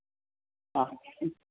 ആ ഉം